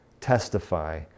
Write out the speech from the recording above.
testify